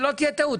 שלא תהיה טעות.